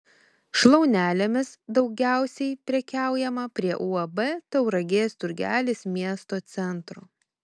šlaunelėmis daugiausiai prekiaujama prie uab tauragės turgelis miesto centro